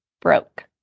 broke